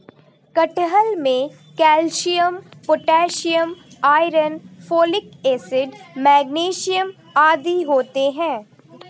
कटहल में calcium potassium iron folic acid magnesium आदि होते हैं